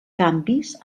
canvis